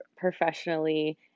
professionally